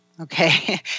okay